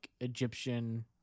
Egyptian